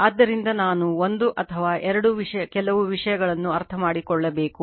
ಆದ್ದರಿಂದ ನಾನು ಒಂದು ಅಥವಾ ಎರಡು ಕೆಲವು ವಿಷಯಗಳನ್ನು ಅರ್ಥಮಾಡಿಕೊಳ್ಳಬೇಕು